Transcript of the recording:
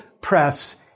press